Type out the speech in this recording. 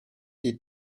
est